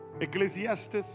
ecclesiastes